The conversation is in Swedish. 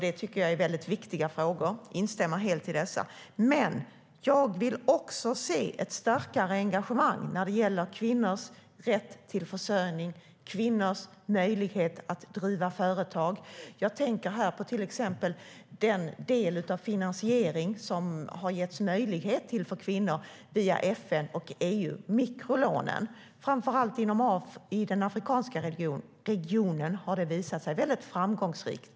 Det tycker jag är väldigt viktiga frågor - jag instämmer helt i dessa. Men jag vill också se ett starkare engagemang när det gäller kvinnors rätt till försörjning och kvinnors möjlighet att driva företag. Jag tänker till exempel på den del av finansieringen som det har getts möjlighet till för kvinnor via FN och EU: mikrolånen. Framför allt i den afrikanska regionen har det visat sig väldigt framgångsrikt.